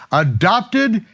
adopted,